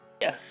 Yes